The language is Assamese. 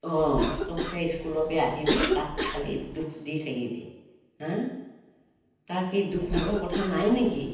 অঁ তহঁতে স্কুলৰপৰা আহিবি তাক খালি দুখ দি থাকিবি হাঁ তাৰ কি দুখ ভাগৰ কথা নাই নেকি